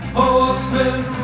horsemen